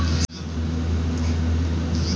साहब अबहीं हमार कितना पइसा बा तनि देखति?